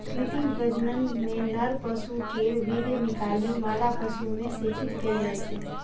कृत्रिम प्रजनन मे नर पशु केर वीर्य निकालि मादा पशु मे सेचित कैल जाइ छै